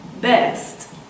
best